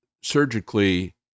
surgically